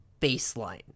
baseline